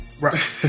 right